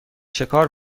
شکار